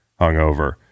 hungover